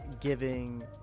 giving